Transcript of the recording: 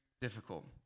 difficult